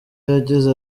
yagize